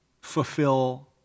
fulfill